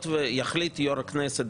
היות ויחליט יו"ר הכנסת,